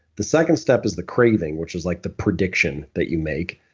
the second step is the craving which is like the prediction that you make.